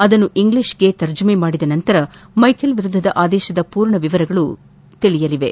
ಅದನ್ನು ಇಂಗ್ಲಿಷ್ ತರ್ಜುಮೆ ಮಾಡಿದ ಬಳಿಕ ಮೈಕೆಲ್ ವಿರುದ್ದದ ಆದೇಶದ ಪೂರ್ಣ ವಿವರಗಳು ತಿಳಿಯಲಿವೆ